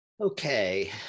Okay